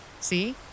See